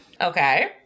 Okay